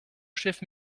chef